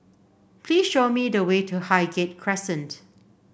please show me the way to Highgate Crescent